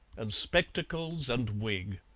and spectacles and wig.